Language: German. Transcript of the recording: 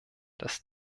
dass